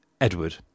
Edward